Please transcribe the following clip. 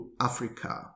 Africa